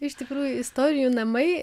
iš tikrųjų istorijų namai